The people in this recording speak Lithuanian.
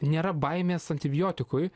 nėra baimės antibiotikui